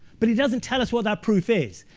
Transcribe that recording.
but he doesn't tell us what that proof is.